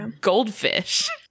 goldfish